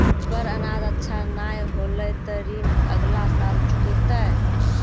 पर अनाज अच्छा नाय होलै तॅ ऋण अगला साल चुकैतै